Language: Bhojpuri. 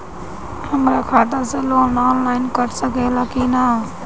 हमरा खाता से लोन ऑनलाइन कट सकले कि न?